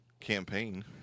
campaign